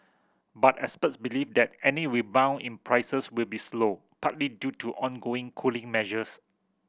but experts believe that any rebound in prices will be slow partly due to ongoing cooling measures